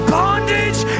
bondage